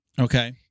Okay